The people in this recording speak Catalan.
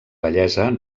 bellesa